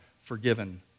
forgiven